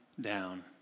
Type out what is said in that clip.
down